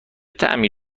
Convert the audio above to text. طعمی